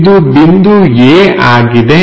ಇದು ಬಿಂದು A ಆಗಿದೆ